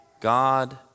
God